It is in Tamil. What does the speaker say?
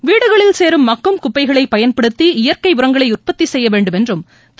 வீடுகளில் சேரும் மக்கும் குப்பைகளை பயன்படுத்தி இயற்கை உரங்களை உற்பத்தி செய்ய வேண்டும் என்றும் திரு